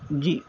جی